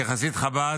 כחסיד חב"ד,